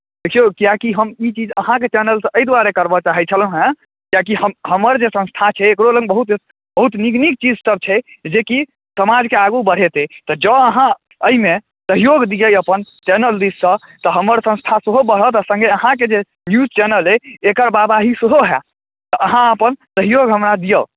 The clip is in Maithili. देखियौ कियेकि हम ई चीज अहाँके चैनलसँ एहि द्वारे करबय चाहैत छलहुँ हेँ कियाकी हमर जे संस्था छै एकरो लग बहुत नीक नीक चीजसभ छै जे कि समाजकेँ आगू बढ़ेतै तऽ जँ अहाँ एहिमे सहयोग दियै अपन चैनल दिससँ तऽ हमर संस्था सेहो बढ़त आ सङ्गे अहाँके जे न्यूज चैनल अइ एकर वाहवाही सेहो हैत तऽ अहाँ अपन सहयोग हमरा दिअ